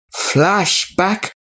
Flashback